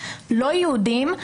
לא יהודים,